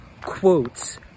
quotes